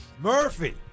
Murphy